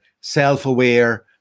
self-aware